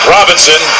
Robinson